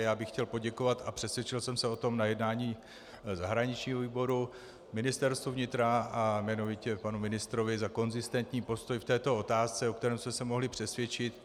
Já bych chtěl poděkovat a přesvědčil jsem se o tom na jednání zahraničního výboru Ministerstvu vnitra a jmenovitě panu ministrovi za konzistentní postoj v této otázce, o kterém jsem se mohli přesvědčit.